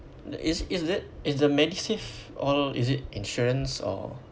the is is that is the medisave all is it insurance or